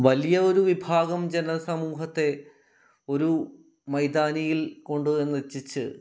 വലിയ ഒരു വിഭാഗം ജനസമൂഹത്തെ ഒരു മൈതാനിയിൽ കൊണ്ടുവന്നെത്തിച്ച്